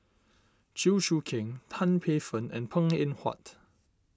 Chew Choo Keng Tan Paey Fern and Png Eng Huat